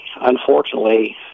unfortunately